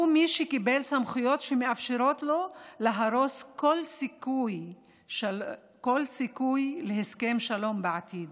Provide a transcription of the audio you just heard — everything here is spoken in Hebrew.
הוא מי שקיבל סמכויות שמאפשרות לו להרוס כל סיכוי להסכם שלום בעתיד.